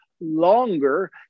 longer